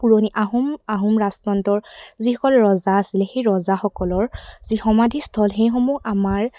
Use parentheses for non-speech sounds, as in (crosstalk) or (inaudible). পুৰণি আহোম আহোম (unintelligible) যিসকল ৰজা আছিলে সেই ৰজাসকলৰ যি সমাধিস্থল সেইসমূহ আমাৰ